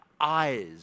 eyes